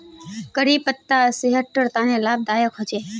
करी पत्ता सेहटर तने लाभदायक होचे